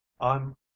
I'm